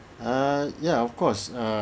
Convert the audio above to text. err ya of course err